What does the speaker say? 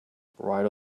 right